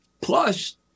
Plus